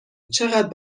چقد